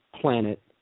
planet